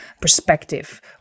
perspective